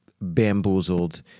Bamboozled